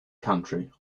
country